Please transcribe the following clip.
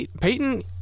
Peyton